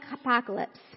apocalypse